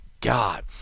god